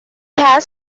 has